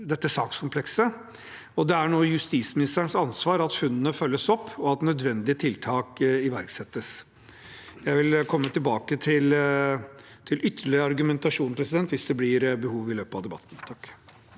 dette sakskomplekset, og det er nå justisministerens ansvar at funnene følges opp, og at nødvendige tiltak iverksettes. Jeg vil komme tilbake til ytterligere argumentasjon hvis det blir behov for det i løpet av debatten.